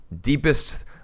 deepest